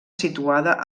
situada